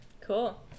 cool